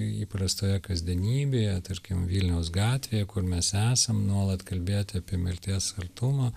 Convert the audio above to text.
įprastoje kasdienybėje tarkim vilniaus gatvėje kur mes esam nuolat kalbėti apie mirties artumą